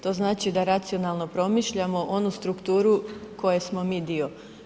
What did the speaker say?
To znači da racionalno promišljamo onu strukturu koje smo mi dio.